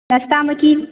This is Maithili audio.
नास्तामे की